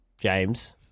James